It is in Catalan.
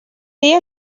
dia